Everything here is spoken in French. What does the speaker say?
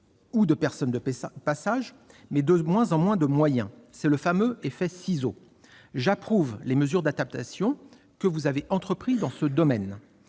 ou de personnes de passage, mais de moins en moins de moyens : c'est le fameux effet ciseau. J'approuve les mesures d'adaptation que vous avez prises dans ce domaine.